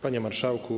Panie Marszałku!